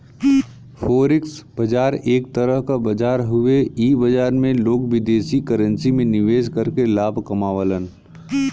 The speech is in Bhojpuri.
फोरेक्स बाजार एक तरह क बाजार हउवे इ बाजार में लोग विदेशी करेंसी में निवेश करके लाभ कमावलन